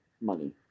money